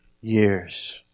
years